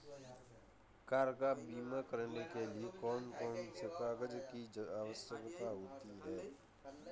Car का बीमा करने के लिए कौन कौन से कागजात की आवश्यकता होती है?